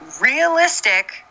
realistic